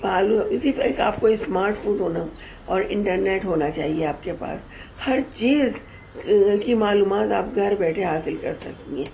معلوم اسی طرح کا آپ کو اسمارٹ فون ہونا اور انٹرنیٹ ہونا چاہیے آپ کے پاس ہر چیز کی معلومات آپ گھر بیٹھے حاصل کر سکتی ہیں